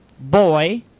boy